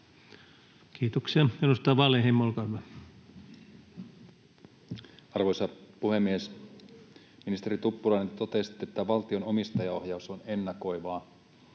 Kiitoksia. — Edustaja Wallinheimo, olkaa hyvä. Arvoisa puhemies! Ministeri Tuppurainen, totesitte, että valtion omistajaohjaus on ennakoivaa.